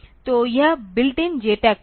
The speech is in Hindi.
तो यह बिल्ट इन JTAG पोर्ट